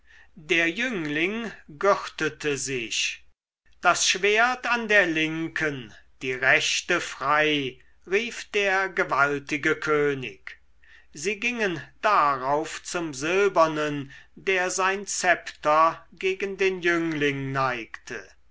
der jüngling gürtete sich das schwert an der linken die rechte frei rief der gewaltige könig sie gingen darauf zum silbernen der sein zepter gegen den jüngling neigte